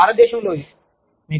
మరియు ఇవన్నీ భారతదేశంలోవి